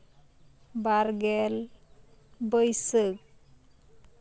ᱵᱟᱨ ᱜᱮᱞ ᱵᱟᱹᱭᱥᱟᱹᱠᱷ